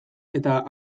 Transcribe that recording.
eta